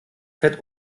fett